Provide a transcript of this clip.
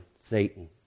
Satan